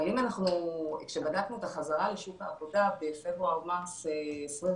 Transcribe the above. אבל כשבדקנו את החזרה לשוק העבודה בפברואר-מרץ 21'